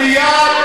מייד,